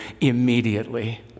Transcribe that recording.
immediately